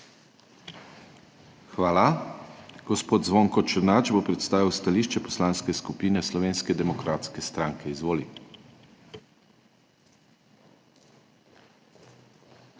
Hvala. Gospod Andrej Hoivik bo predstavil stališče Poslanske skupine Slovenske demokratske stranke. Izvoli.